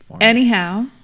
Anyhow